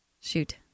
shoot